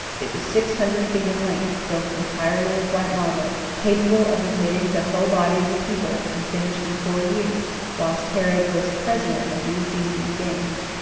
it was six hundred feet in length, built entirely of white marble, capable of admitting the whole body of the people, and finished in four years, whilst herod was president of the athenian games.